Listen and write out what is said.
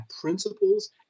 principles